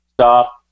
stop